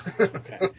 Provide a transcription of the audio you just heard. Okay